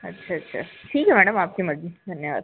अच्छा अच्छा ठीक है मैडम आपकी मर्ज़ी धन्यवाद